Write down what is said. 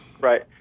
Right